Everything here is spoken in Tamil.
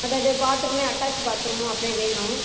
அதாவது பாத்ரூமே அட்டாச்சு பாத்ரூமும் அப்படியே வேணும்